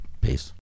Peace